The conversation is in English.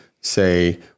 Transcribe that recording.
say